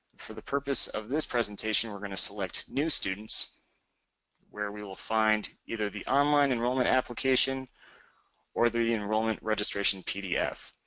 for the purpose of this presentation we're going to select new students where we will find either the online enrollment application or the enrollment registration pdf.